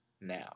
now